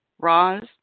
Roz